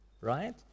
right